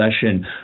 session